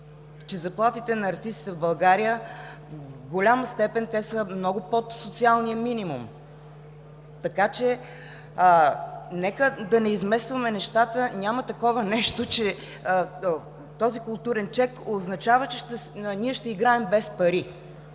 че заплатите на артистите в България в голяма степен са много под социалния минимум, така че нека да не изместваме нещата. Няма такова нещо, че този „културен чек“ означава, че ние ще играем без пари,